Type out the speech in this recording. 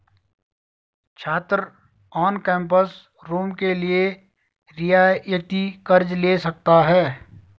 छात्र on campus room के लिए रियायती कर्ज़ ले सकता है